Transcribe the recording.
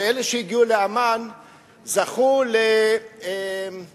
שאלה שהגיעו לעמאן זכו למשהו,